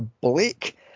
Blake